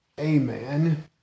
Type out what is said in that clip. Amen